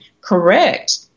correct